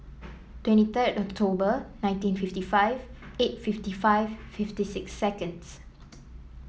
twenty three October nineteen fifty five eight fifty five fifty six